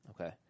Okay